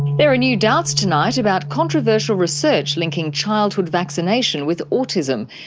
there are new doubts tonight about controversial research linking childhood vaccination with autism.